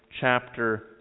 chapter